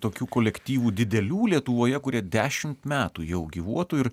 tokių kolektyvų didelių lietuvoje kurie dešimt metų jau gyvuotų ir